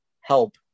help